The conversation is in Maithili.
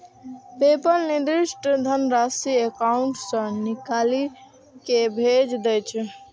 पेपल निर्दिष्ट धनराशि एकाउंट सं निकालि कें भेज दै छै